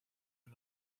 los